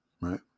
Right